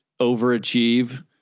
overachieve